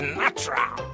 natural